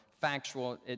factual